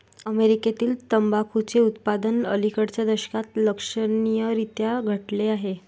अमेरीकेतील तंबाखूचे उत्पादन अलिकडच्या दशकात लक्षणीयरीत्या घटले आहे